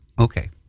okay